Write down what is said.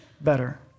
better